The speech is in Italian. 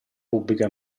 pubblica